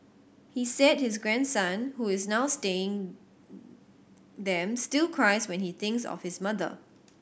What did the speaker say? he said his grandson who is now staying them still cries when he thinks of his mother